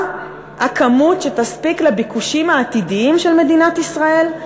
הכמות שתספיק לביקושים העתידיים של מדינת ישראל?